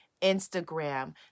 Instagram